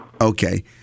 Okay